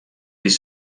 pis